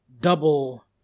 double